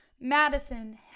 madison